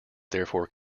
therefore